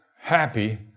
happy